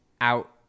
out